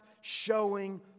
showing